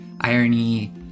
Irony